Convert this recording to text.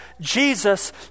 Jesus